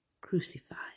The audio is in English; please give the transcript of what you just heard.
crucified